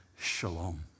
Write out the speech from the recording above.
Shalom